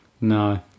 No